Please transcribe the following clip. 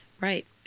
Right